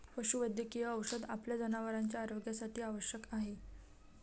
पशुवैद्यकीय औषध आपल्या जनावरांच्या आरोग्यासाठी आवश्यक आहे